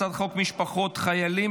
הצעת חוק משפחות חיילים